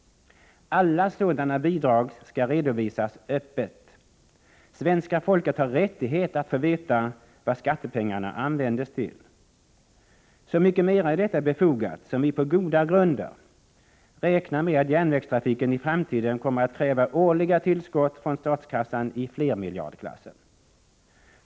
Alla sådana bidrag skall redovisas öppet. Svenska folket har rätt att få veta vad skattepengarna används till. Så mycket mera är detta befogat som vi på goda grunder räknar med att järnvägstrafiken i framtiden kommer att kräva årliga tillskott från statskassan i flermiljardklassen.